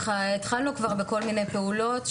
התחלנו כבר בכל מיני פעולות,